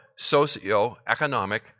socioeconomic